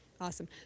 awesome